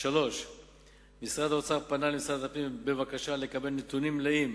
3. משרד האוצר פנה למשרד הפנים בבקשה לקבל נתונים מלאים